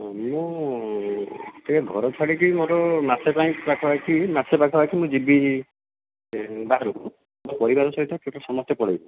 ମୁଁ ଟିକେ ଘର ଛାଡ଼ିକି ମୋର ମାସେ ପାଇଁ ପାଖା ପାଖି ମାସେ ପାଖା ପାଖି ମୁଁ ଯିବି ବାହାରକୁ ମୋର ପରିବାର ସହିତ କିନ୍ତୁ ସମସ୍ତେ ପଳାଇବେ